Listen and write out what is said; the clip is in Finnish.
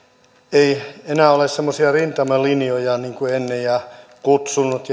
ei enää ole semmoisia rintamalinjoja niin kuin ennen ja kutsunnat